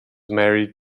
married